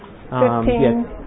Fifteen